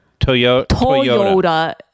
Toyota